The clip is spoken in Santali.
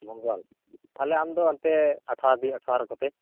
ᱢᱚᱝᱜᱚᱞ ᱛᱟᱦᱚᱞᱮ ᱟᱢ ᱫᱚ ᱦᱟᱱᱛᱮ ᱟᱴᱷᱟᱨᱚᱫᱤᱱ ᱟᱴᱷᱟᱨᱚ ᱠᱚᱛᱮ